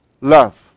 love